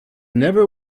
never